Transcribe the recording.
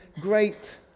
great